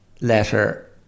letter